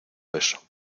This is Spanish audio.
beso